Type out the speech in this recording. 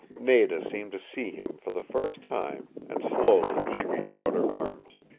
nada seemed to see him for the first time and slowly she reached out her arms.